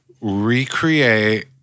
Recreate